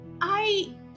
I-